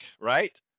right